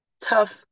tough